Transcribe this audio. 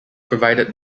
provided